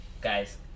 guys